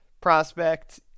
prospect